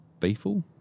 Faithful